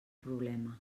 problema